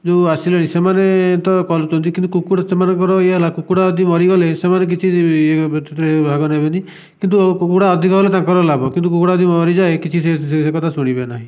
ଯେଉଁ ଆସିଲେ ସେମାନେ ତ କରୁଛନ୍ତି କୁକୁଡ଼ା ସେମାନଙ୍କର ଇଏ ହେଲା କୁକୁଡ଼ା ଯଦି ମରିଗଲେ ସେମାନେ କିଛି ଇଏ ଭାଗ ନେବେନି କିନ୍ତୁ କୁକୁଡ଼ା ଅଧିକ ହେଲେ ତାଙ୍କର ଲାଭ କୁକୁଡ଼ା ଯଦି ମରିଯାଏ କିଛି ସେଇ ସେ କଥା ଶୁଣିବେ ନାହିଁ